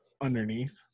underneath